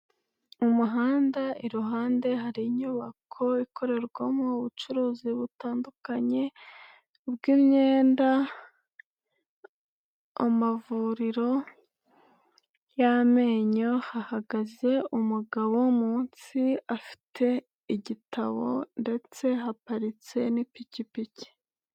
Mu muhanda iruhande hari inyubako ikorerwamo ubucuruzi butandukanye bw'imyenda, amavuriro y'amenyo hahagaze umugabo munsi, afite igitabo ndetse haparitse n'ipikipiki.